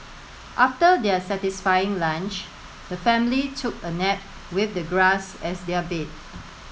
after their satisfying lunch the family took a nap with the grass as their bed